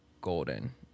golden